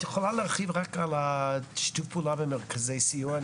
את יכולה להרחיב על שיתוף הפעולה עם מרכזי הסיוע?